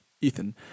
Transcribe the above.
Ethan